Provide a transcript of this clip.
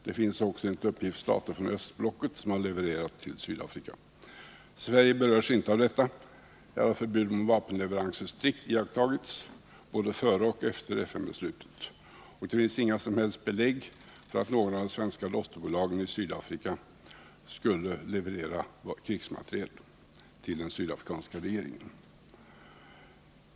Det finns också enligt uppgifter stater från östblocket som har levererat vapen till Sydafrika. Sverige berörs inte av detta. Här har förbudet mot vapenleverans strikt iakttagits, både före och efter FN:s beslut. Och det finns inte några som helst belägg för att de svenska dotterbolagen i Sydafrika skulle leverera krigsmateriel till den sydafrikanska regeringen.